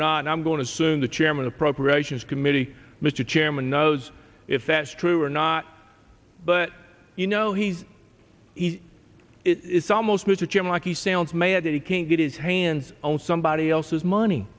and i'm going to soon the chairman appropriations committee mr chairman knows if that's true or not but you know he's it's almost mitchum like he sounds mad that he can't get his hands on somebody else's money